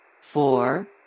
four